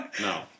No